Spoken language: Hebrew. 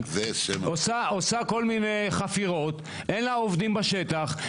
עושה כול מיני חפירות, אין לה עובדים בשטח.